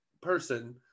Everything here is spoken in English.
person